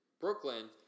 Brooklyn